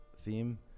theme